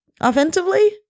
Offensively